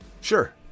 Sure